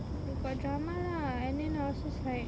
got drama lah and then I was just like